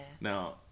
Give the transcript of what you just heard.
Now